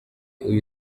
uyu